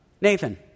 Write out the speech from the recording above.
Nathan